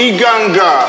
Iganga